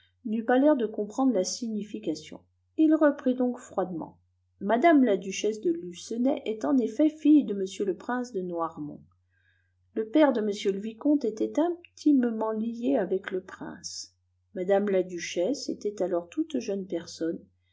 n'eut pas l'air de comprendre la signification il reprit donc froidement mme la duchesse de lucenay est en effet fille de m le prince de noirmont le père de m le vicomte était intimement lié avec le prince mme la duchesse était alors toute jeune personne